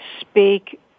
speak